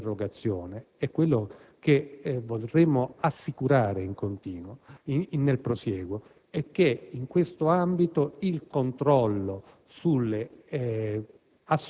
l'interrogazione, e che vorremmo assicurare nel prosieguo, è che in questo ambito il controllo sulle